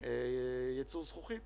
ייצור זכוכית.